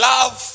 Love